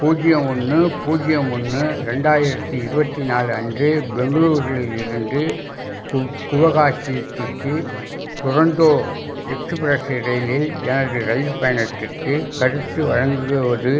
பூஜ்ஜியம் ஒன்று பூஜ்ஜியம் ஒன்று ரெண்டாயிரத்தி இருபத்தி நாலு அன்று பெங்களூரில் இருந்து குவ் குவகாச்சித்திக்கு கிரந்தோ எக்ஸுபிரஸ்ஸு ரயிலில் எனது இரயில் பயணத்திற்கு கருத்து வழங்குவது